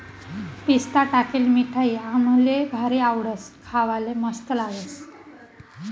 पिस्ता टाकेल मिठाई आम्हले भारी आवडस, खावाले मस्त लागस